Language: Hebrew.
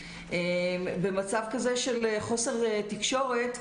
במצב כזה של חוסר תקשורת,